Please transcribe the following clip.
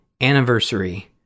anniversary